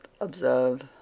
observe